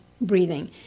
breathing